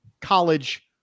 college